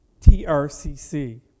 TRCC